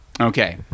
Okay